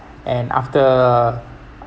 and after